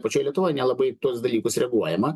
pačioj lietuvoj nelabai į tuos dalykus reaguojama